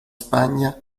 spagna